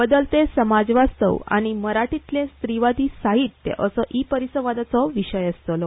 बदलते समाज वास्तव आनी मराठींतले स्त्रीवादी साहित्य असो ई परिसंवादाचो विशय आसतलो